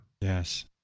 yes